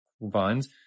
vines